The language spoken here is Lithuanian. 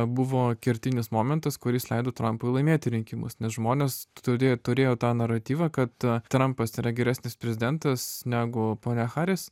buvo kertinis momentas kuris leido trampui laimėti rinkimus nes žmonės turi turėjo tą naratyvą kad trampas yra geresnis prezidentas negu ponia haris